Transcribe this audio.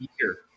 year